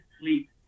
sleep